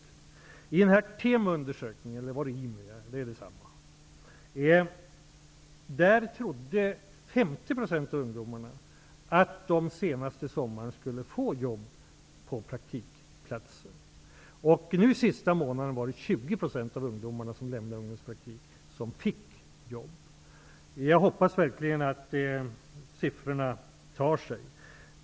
Enligt en opinionsundersökning trodde 50 % av ungdomarna att de senast till sommaren skulle få jobb på praktikplatsen. Den senaste månaden fick 20 % av de ungdomar som lämnade ungdomspraktik jobb. Jag hoppas verkligen att det tar sig.